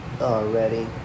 already